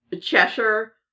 Cheshire